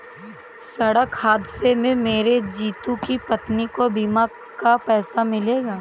सड़क हादसे में मरे जितू की पत्नी को बीमा का पैसा मिलेगा